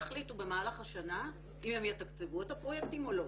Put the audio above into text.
יחליטו במהלך השנה אם הם יתקצבו את הפרויקטים או לא.